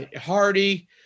Hardy